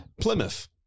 Plymouth